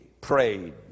prayed